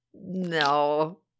No